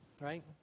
right